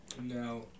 Now